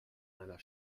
einer